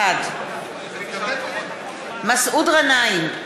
בעד מסעוד גנאים,